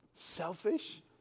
Selfish